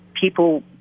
people